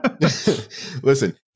listen